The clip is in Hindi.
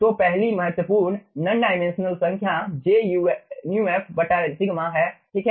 तो पहली महत्वपूर्ण नॉन डायमेंशनल संख्या j μf σ है ठीक है